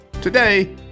today